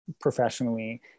professionally